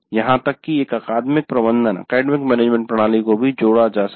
यहां तक कि एक अकादमिक प्रबंधन प्रणाली को भी जोड़ा जा सकता है